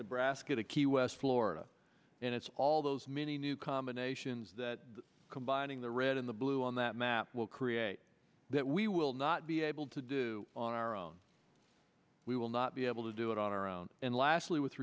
nebraska to key west florida and it's all those many new combinations that combining the red in the blue on that map will create that we will not be able to do on our own we will not be able to do it on our own and